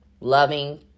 loving